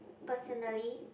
personally